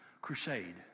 crusade